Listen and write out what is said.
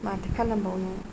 माथो खालामबावनो